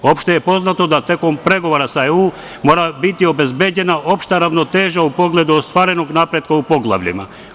Opšte je poznato da tokom pregovora sa Evropskom unijom mora biti obezbeđena opšta ravnoteža u pogledu ostvarenog napretka u poglavljima.